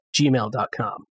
gmail.com